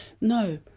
no